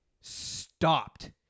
stopped